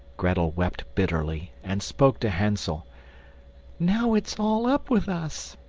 grettel wept bitterly and spoke to hansel now it's all up with us.